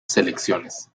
selecciones